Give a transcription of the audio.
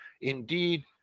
Indeed